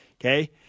Okay